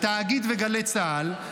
התאגיד וגלי צה"ל,